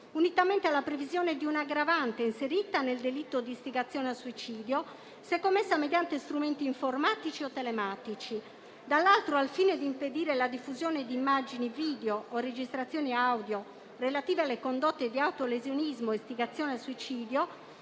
unitamente alla previsione di un'aggravante, inserita nel delitto di istigazione al suicidio, se commessa mediante strumenti informatici o telematici; dall'altro, al fine di impedire la diffusione di immagini video o di registrazioni audio relative alle condotte di autolesionismo e istigazione al suicidio